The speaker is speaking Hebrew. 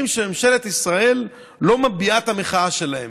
שממשלת ישראל לא מביעה את המחאה שלה,